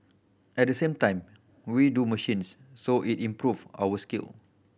at the same time we do machines so it improve our skill